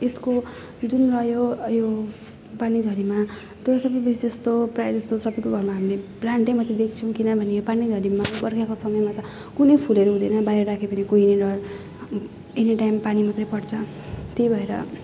यसको जुन मल हो अ यो पानीझरीमा त्यो सबै विशेषतः प्रायःजस्तो सबैतिर अब हामीले प्लान्टै मात्रै देख्छौँ किनभने पानीझरीमा बर्खाको समयमा त कुनै फुलहरू हुँदैन बाहिर राख्यो भने कुहिएर एनिटाइम पानी मात्रै पर्छ त्यही भएर